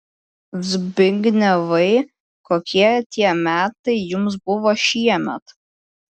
zbignevai kokie tie metai jums buvo šiemet